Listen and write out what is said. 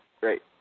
Great